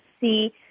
see